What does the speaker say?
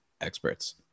experts